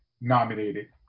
nominated